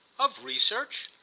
of research?